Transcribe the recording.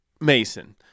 Mason